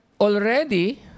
already